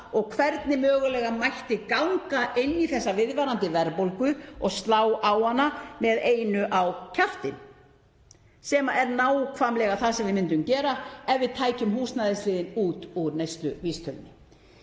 og hvernig mögulega mætti ganga inn í þessa viðvarandi verðbólgu og slá á hana með einu á kjaftinn, sem er nákvæmlega það sem við myndum gera ef við tækjum húsnæðisliðinn út úr neysluvísitölunni.